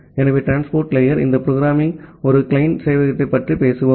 ஆகவே transport layer இந்த programming ஒரு கிளையன்ட் சேவையகத்தைப் பற்றி பேசுகிறோம்